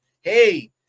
Hey